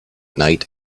night